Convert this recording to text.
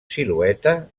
silueta